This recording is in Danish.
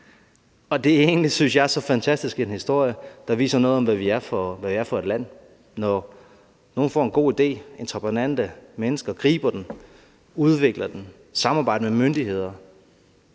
det er egentlig, synes jeg, en fantastisk historie, der viser noget om, hvad vi er for et land: Når nogle får en god idé og entreprenante mennesker griber den, udvikler den, samarbejder med myndigheder,